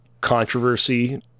controversy